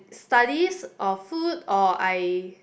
studies or food or I